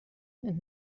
and